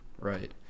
Right